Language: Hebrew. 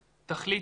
תחליטו.